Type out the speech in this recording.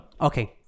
Okay